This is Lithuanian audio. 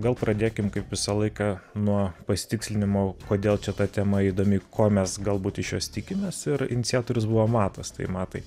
gal pradėkim kaip visą laiką nuo pasitikslinimo kodėl čia ta tema įdomi ko mes galbūt iš jos tikimės ir iniciatorius buvo matas tai matai